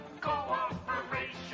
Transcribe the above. Cooperation